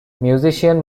musician